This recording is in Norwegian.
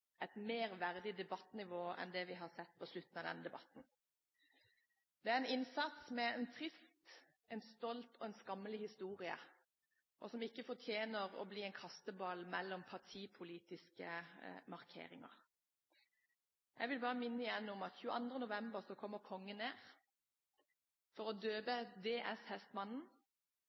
et mer verdig nivå enn det vi har sett på slutten av denne debatten. Det er en innsats med en trist, stolt og skammelig historie, som ikke fortjener å bli en kasteball mellom partipolitiske markeringer. Jeg vil bare igjen minne om at 22. november kommer Kongen ned for å døpe «D/S Hestmanden». Det